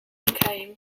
came